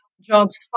jobs